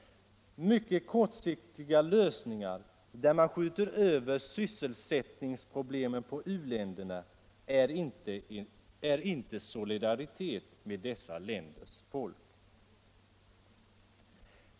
Mycket kortsiktiga lösningar, där man skjuter över sysselsättningsproblemen på u-länderna, är inte solidaritet med dessa länders folk.